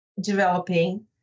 developing